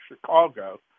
Chicago